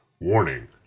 Warning